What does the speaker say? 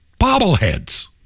bobbleheads